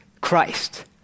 Christ